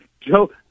Joe